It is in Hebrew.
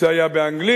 זה היה באנגלית.